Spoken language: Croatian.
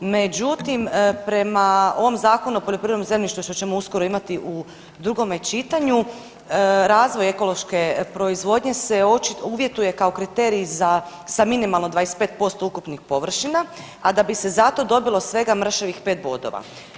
Međutim, prema ovom Zakonu o poljoprivrednom zemljištu što ćemo uskoro imati u drugome čitanju razvoj ekološke proizvodnje se uvjetuje kao kriterij sa minimalno 25% ukupnih površina, a da bi se za to dobilo svega mršavih pet bodova.